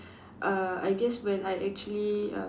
uh I guess when I actually um